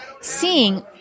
seeing